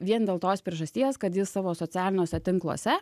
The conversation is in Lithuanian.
vien dėl tos priežasties kad jis savo socialiniuose tinkluose